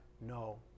no